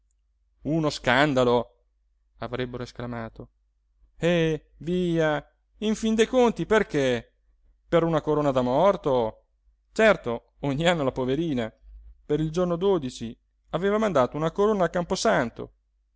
uno scandalo avrebbero esclamato eh via in fin dei conti perché per una corona da morto certo ogni anno la poverina per il giorno aveva mandato una corona al camposanto